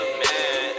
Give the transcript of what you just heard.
man